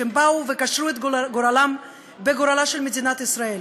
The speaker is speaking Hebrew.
שבאו וקשרו את גורלם בגורלה של מדינת ישראל.